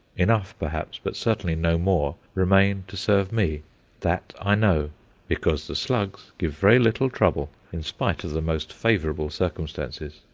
enough perhaps, but certainly no more, remain to serve me that i know because the slugs give very little trouble in spite of the most favourable circumstances.